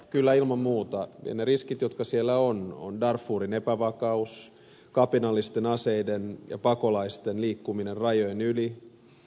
kyllä ilman muuta niitä on ja ne riskit joita siellä on ovat darfurin epävakaus kapinallisten aseiden ja pakolaisten liikkuminen rajojen yli